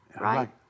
Right